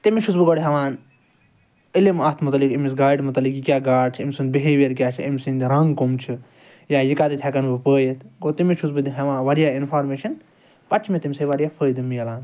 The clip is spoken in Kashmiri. تٔمِس چھُ بہٕ گۄڈٕ ہیٚوان علم اتھ مُتعلِق أمس گاڈ مُتعلِق یہِ کیاہ گاڑ چھِ امہ سُنٛد بِہیویَر کیاہ چھ امہ سٕنٛد رَنٛگ کم چھ یا یہِ کَتیٚتھ ہیٚکان بہٕ پٲیِتھ گوٚو تٔمِس چھُس بہٕ ہیٚوان واریاہ اِنفارمیشَن پَتہٕ چھ مےٚ تمہ سۭتۍ واریاہ فٲیدٕ مِلان